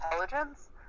intelligence